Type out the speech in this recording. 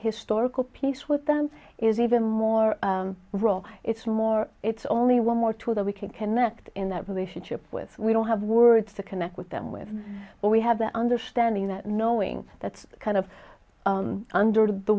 historical piece with them is even more role it's more it's only one more tool that we can connect in that relationship with we don't have words to connect with them with what we have the understanding that knowing that's kind of under the